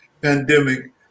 pandemic